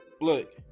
Look